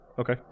Okay